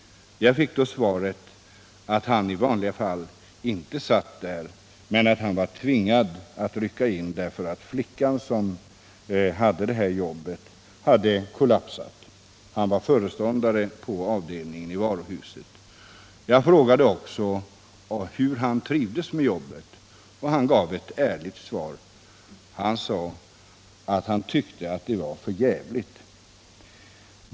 Jag fick då svaret att han i vanliga fall inte satt där men att han var tvingad att rycka in därför att flickan som i vanliga fall hade det jobbet hade kollapsat. Han var föreståndare för en avdelning i varuhuset. Jag frågade också hur han trivdes med jobbet, och han gav ett ärligt svar: han sade att han tyckte det var förfärligt.